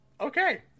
Okay